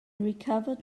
recovered